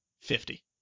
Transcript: Fifty